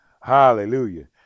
Hallelujah